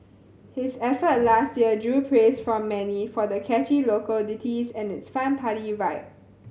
his effort last year drew praise from many for the catchy local ditties and its fun party vibe